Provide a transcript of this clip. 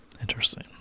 Interesting